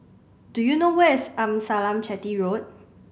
do you know where is Amasalam Chetty Road